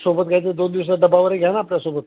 सोबत घ्यायचं दोन दिवसाचा डब्बावगैरे घ्या ना आपल्या सोबत